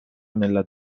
nella